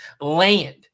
land